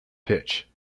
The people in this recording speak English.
pitch